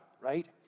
right